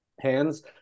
hands